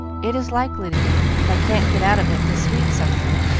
it is likely to be, if i can't get out of it this week, somehow.